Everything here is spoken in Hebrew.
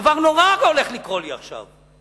דבר נורא הולך לקרות לי עכשיו.